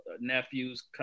nephews